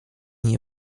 nie